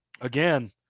again